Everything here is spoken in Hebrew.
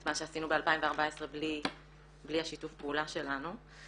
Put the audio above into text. מה שעשינו ב-2014 בלי השיתוף פעולה שלנו.